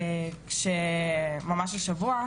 כשממש השבוע,